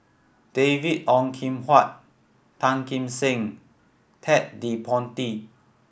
David Ong Kim Huat Tan Kim Seng Ted De Ponti